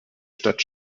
stadt